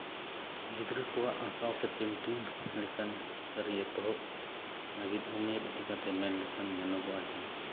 ᱜᱤᱫᱽᱨᱟᱹ ᱠᱚᱣᱟᱜ ᱟᱸᱠᱟᱣ ᱥᱮ ᱯᱮᱱᱴᱤᱝ ᱠᱟᱹᱨᱤ ᱮᱛᱚᱦᱚᱵ ᱞᱟᱹᱜᱤᱫ ᱩᱢᱮᱨ ᱤᱫᱤ ᱠᱟᱛᱮᱜ ᱢᱮᱱ ᱞᱮᱠᱷᱟᱱ ᱢᱱᱚᱜᱚᱜᱼᱟ ᱡᱮ